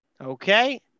Okay